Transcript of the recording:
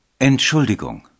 Entschuldigung